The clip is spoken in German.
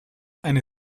eine